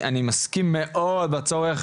אני מסכים מאוד לצורך,